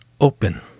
open